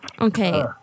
Okay